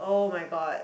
[oh]-my-god